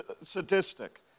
sadistic